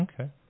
Okay